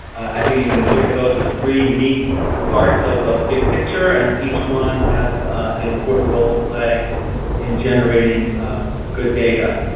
i think you and look at those as three unique parts of the big picture, and each one has an important role to play in generating a good data.